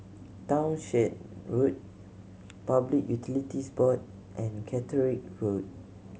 Townshend Road Public Utilities Board and Caterick Road